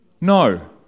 No